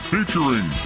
Featuring